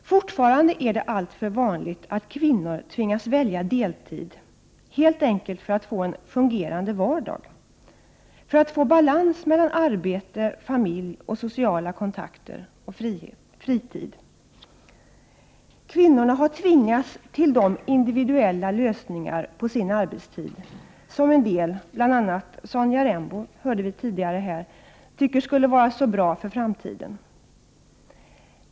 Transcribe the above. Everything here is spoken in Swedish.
Fortfarande är det alltför vanligt att kvinnor tvingas välja deltid helt enkelt för att få en fungerande vardag, för att få balans mellan arbete, familj och sociala kontakter och fritid. Kvinnorna har tvingats till de individuella lösningar på sin arbetstid som en del, bl.a. Sonja Rembo, enligt vad vi hörde tidigare, tycker skulle vara så bra för framtiden.